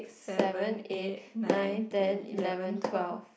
seven eight nine ten eleven twelve